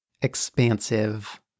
expansive